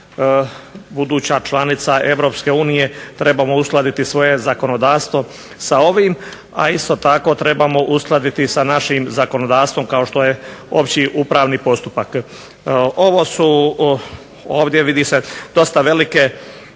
buduća članica EU trebamo uskladiti svoje zakonodavstvo sa ovim. A isto tako trebamo uskladiti i sa našim zakonodavstvom kao što je opći upravni postupak. Ovo su ovdje vidi se dosta velik